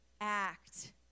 act